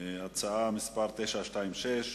הצעה מס' 926: